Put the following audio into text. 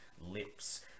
lips